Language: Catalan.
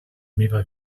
meva